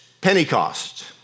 Pentecost